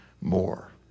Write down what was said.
more